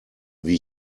wie